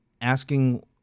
asking